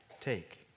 take